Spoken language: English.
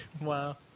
Wow